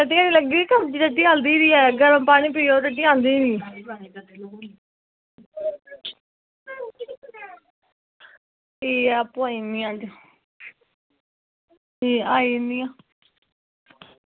टट्टियां नी लगी दियां कब्जी टट्टी आंदी गै नी ऐ गर्म पानी पियो टट्टी आंदी गै नी ठीक ऐ अप्पूं आई जन्नी आं ठीक आई जन्नी आं